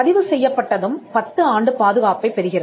பதிவு செய்யப்பட்டதும் 10 ஆண்டு பாதுகாப்பைப் பெறுகிறது